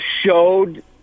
showed